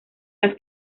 las